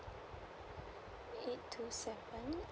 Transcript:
eight two seven